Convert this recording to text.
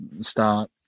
start